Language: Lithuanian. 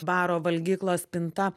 baro valgyklos pinta